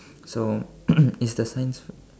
so is the science